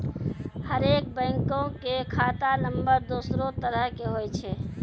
हरेक बैंको के खाता नम्बर दोसरो तरह के होय छै